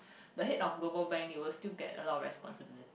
the head of global bank you will still get a lot of responsibility